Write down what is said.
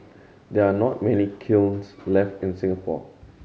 there are not many kilns left in Singapore